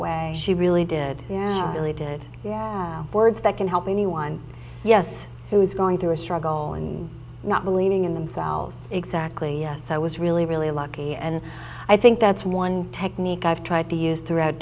way she really did really did words that can help anyone yes who is going through a struggle and not believing in themselves exactly so i was really really lucky and i think that's one technique i've tried to use throughout